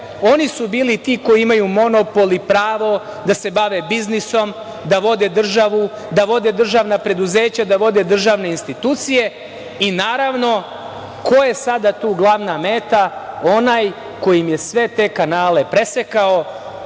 oni su bili ti koji imaju monopol i pravo da se bave biznisom, da vode državu, da vode državna preduzeća, da vode državne institucije i ko je sada tu glavna meta, onaj koji im je sve te kanale presekao